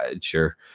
Sure